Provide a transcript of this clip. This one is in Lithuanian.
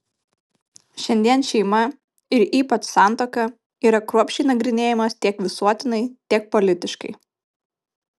šiandien šeima ir ypač santuoka yra kruopščiai nagrinėjamos tiek visuotinai tiek politiškai